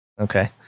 Okay